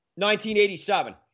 1987